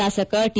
ಶಾಸಕ ಟಿ